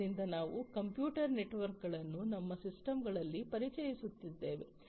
ಆದ್ದರಿಂದ ನಾವು ಕಂಪ್ಯೂಟರ್ ನೆಟ್ವರ್ಕ್ಗಳನ್ನು ನಮ್ಮ ಸಿಸ್ಟಮ್ಗಳಲ್ಲಿ ಪರಿಚಯಿಸುತ್ತಿದ್ದೇವೆ